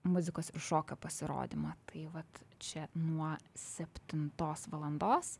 muzikos ir šokio pasirodymą tai vat čia nuo septintos valandos